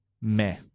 Meh